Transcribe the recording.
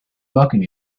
welcome